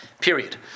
Period